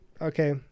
Okay